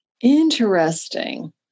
Interesting